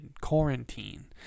quarantine